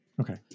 Okay